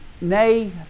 nay